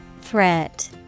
Threat